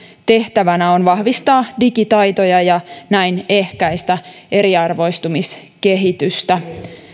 tehtävänä on vahvistaa digitaitoja ja näin ehkäistä eriarvoistumiskehitystä